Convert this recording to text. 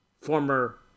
former